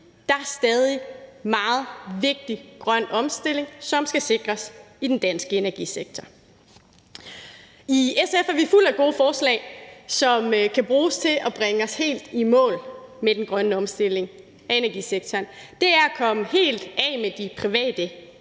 at der stadig er meget vigtig grøn omstilling, som skal sikres i den danske energisektor. I SF er vi fulde af gode forslag, som kan bruges til at bringe os helt i mål med den grønne omstilling af energisektoren. Det er at komme helt af med de private